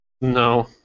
No